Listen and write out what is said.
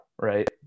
Right